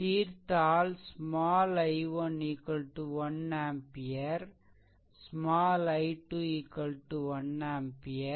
தீர்த்தால் small i1 1 ampere small i2 1 ampere